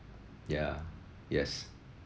ya yes